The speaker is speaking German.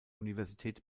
universität